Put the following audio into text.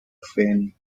faint